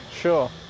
Sure